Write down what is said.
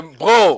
bro